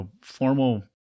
formal